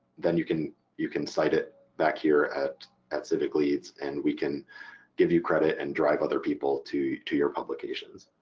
then you can you can cite it back here at at civicleads and we can give you credit and drive other people to to your publications.